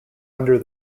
under